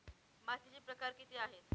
मातीचे प्रकार किती आहेत?